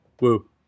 Woo